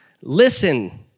listen